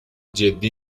جدی